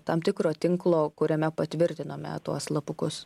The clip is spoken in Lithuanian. tam tikro tinklo kuriame patvirtinome tuos slapukus